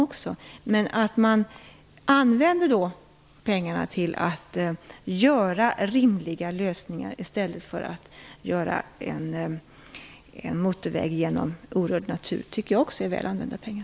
Men man får då använda pengarna till att försöka åstadkomma rimliga lösningar i stället för att bygga en motorväg genom orörd natur. Det är också väl använda pengar.